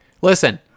Listen